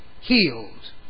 healed